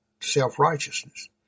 self-righteousness